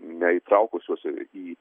neįtraukusi jos į